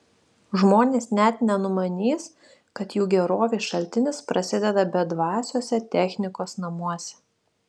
žmonės net nenumanys kad jų gerovės šaltinis prasideda bedvasiuose technikos namuose